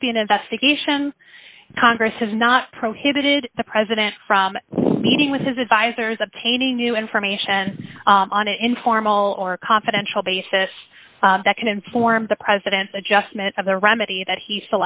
must be an investigation congress has not prohibited the president from meeting with his advisors obtaining new information on an informal or confidential basis that can inform the president adjustment of the remedy that he